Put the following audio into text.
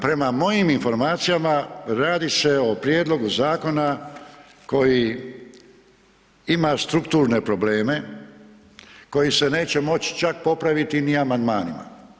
Prema mojim informacijama, radi se o prijedlogu zakona koji ima strukturne probleme, koji se neće moći čak popraviti ni amandmanima.